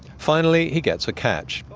finally he gets a catch,